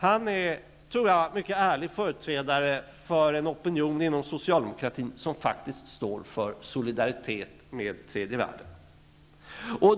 Jag tror att han är en mycket ärlig företrädare för en opinion inom Socialdemokraterna som står för solidaritet med tredje världen.